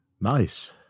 nice